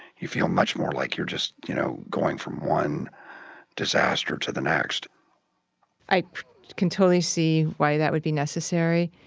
you feel much more like you're just, you know, going from one disaster to the next i can totally see why that would be necessary,